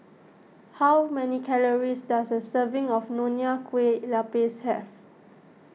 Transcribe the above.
how many calories does a serving of Nonya Kueh Lapis have